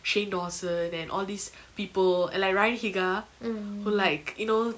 shane dawson and all these people and like ryan higa who like you know